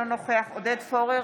אינו נוכח עודד פורר,